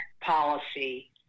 policy